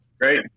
great